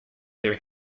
their